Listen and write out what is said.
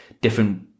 different